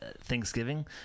Thanksgiving